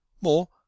More